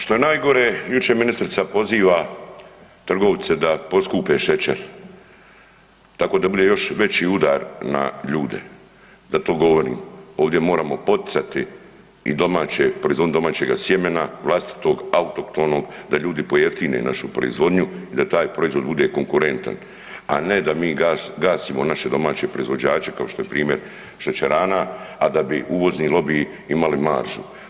Što je najgore, jučer ministrica poziva trgovce da poskupe šećer, tako da bude još veći udar na ljude, zato govorim ovdje moramo poticati i domaće, proizvodnju domaćeg sjemena vlastitog autohtonog da ljudi pojeftine našu proizvodnju i da taj proizvod bude konkurentan, a ne da mi gasimo naše domaće proizvođače kao što je primjer šećerana, a da bi uvozni lobiji imali maržu.